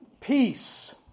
peace